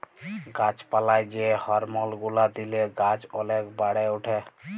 গাছ পালায় যে হরমল গুলা দিলে গাছ ওলেক বাড়ে উঠে